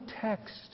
text